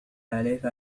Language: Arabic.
عليك